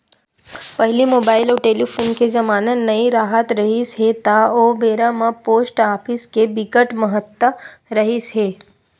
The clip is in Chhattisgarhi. पहिली मुबाइल अउ टेलीफोन के जमाना नइ राहत रिहिस हे ता ओ बेरा म पोस्ट ऑफिस के बिकट महत्ता रिहिस हे